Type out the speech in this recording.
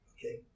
Okay